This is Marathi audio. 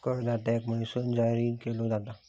करदात्याक महसूल जाहीर केलो जाता